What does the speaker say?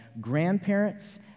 grandparents